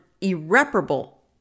irreparable